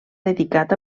dedicat